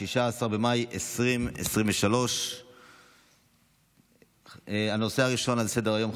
16 במאי 2023. הנושא הראשון על סדר-היום,